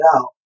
out